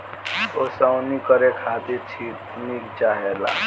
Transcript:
ओसवनी करे खातिर छितनी चाहेला